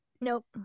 Nope